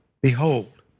Behold